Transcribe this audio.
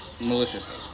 Maliciousness